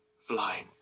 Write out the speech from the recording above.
flying